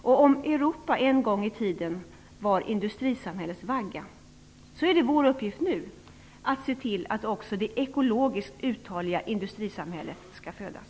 Om Europa en gång i tiden var industrisamhällets vagga är det nu vår uppgift att se till att också det ekologiskt uthålliga industrisamhället skall födas.